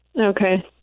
Okay